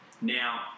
Now